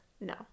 No